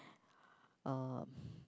um